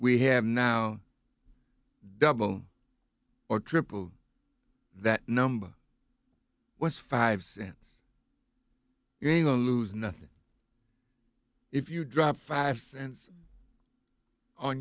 we have now double or triple that number was five cents you're going on lose nothing if you drop five cents on